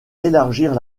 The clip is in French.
élargir